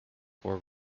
were